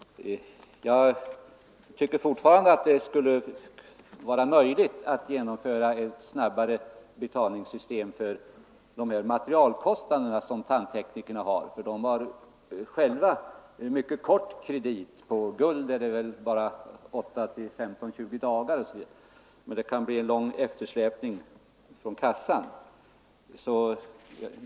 Jag tycker fortfarande att det borde vara möjligt att genomföra ett snabbare betalningssystem för tandteknikernas materialkostnader. De har själva en mycket kort kredit — för guld är den väl bara 8—20 dagar — medan det kan bli en lång eftersläpning från kassan.